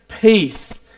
Peace